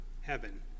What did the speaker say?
heaven